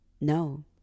no